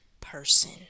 person